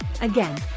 Again